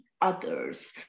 others